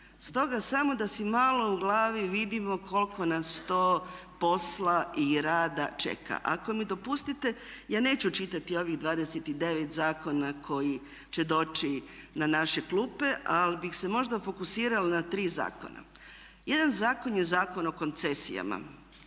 Stoga samo da si malo u glavi vidimo koliko nas to posla i rada čeka. Ako mi dopustite ja neću čitati ovih 29 zakona koji će doći na naše klupe ali bih se možda fokusirala na 3 zakona. Jedan zakon je Zakon o koncesijama,